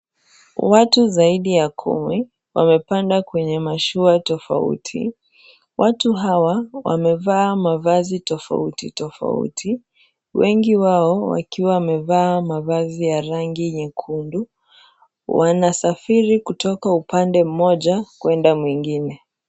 Watu zaidi ya kumi wamepanda kwenye mashua tofauti. Watu hawa wamevaa mavazi tofauti tofauti, wengi wao wakiwa wamevaa mavazi ya rangi nyekundu. Wanasafiri kutoka upande mmoja kwenda mwingine.